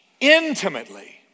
Intimately